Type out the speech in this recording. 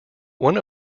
one